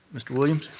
mr. williams.